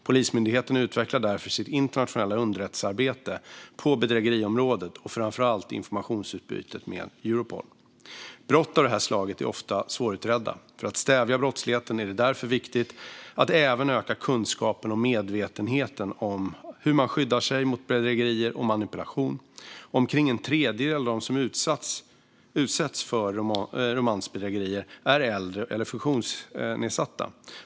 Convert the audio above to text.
Polismyndigheten utvecklar därför sitt internationella underrättelsearbete på bedrägeriområdet och framför allt informationsutbytet med Europol. Brott av det här slaget är ofta svårutredda. För att stävja brottsligheten är det därför viktigt att även öka kunskapen och medvetenheten om hur man skyddar sig mot bedrägerier och manipulation. Omkring en tredjedel av dem som utsätts för romansbedrägerier är äldre eller funktionsnedsatta.